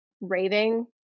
raving